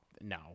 No